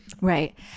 Right